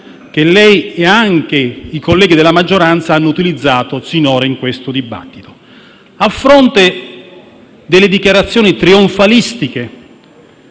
che lei e anche i colleghi della maggioranza avete utilizzato finora in questo dibattito. Ciò a fronte delle dichiarazioni trionfalistiche,